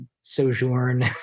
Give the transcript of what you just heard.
sojourn